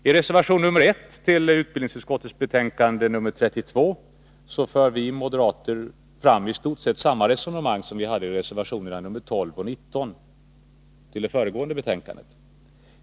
I reservation nr 1 till utbildningsutskottets betänkande nr 32 för vi moderater fram i stort sett samma resonemang som vi hade i reservationerna nr 12 och 19 till det föregående betänkandet.